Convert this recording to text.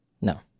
No